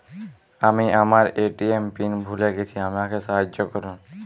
আমি আমার ATM PIN ভুলে গেছি আমাকে সাহায্য করুন